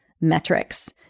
metrics